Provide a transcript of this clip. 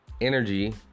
Energy